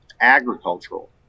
Agricultural